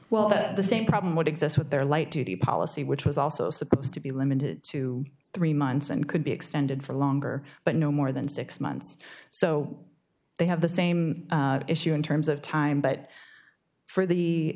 well the same problem would exist with their light duty policy which was also supposed to be limited to three months and could be extended for longer but no more than six months so they have the same issue in terms of time but for the